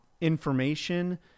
information